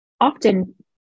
often